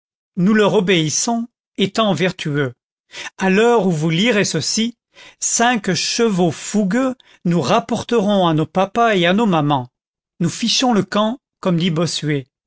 nous leur obéissons étant vertueux à l'heure où vous lirez ceci cinq chevaux fougueux nous rapporteront à nos papas et à nos mamans nous fichons le camp comme dit bossuet